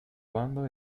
bandos